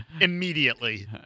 immediately